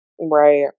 right